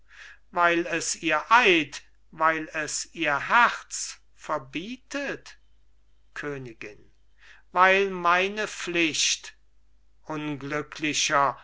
weil es ihr eid weil es ihr herz verbietet königin weil meine pflicht unglücklicher